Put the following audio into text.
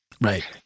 Right